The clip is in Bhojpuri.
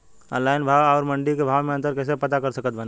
ऑनलाइन भाव आउर मंडी के भाव मे अंतर कैसे पता कर सकत बानी?